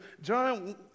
John